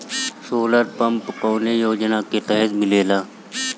Solar pump कौने योजना के तहत मिलेला?